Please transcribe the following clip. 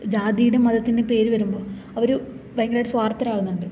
ജാതിയുടെയും മതത്തിന്റെയും പേര് വരുമ്പോൾ അവർ ഭയങ്കരമായിട്ട് സ്വാര്ത്ഥരാവുന്നുണ്ട്